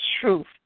truth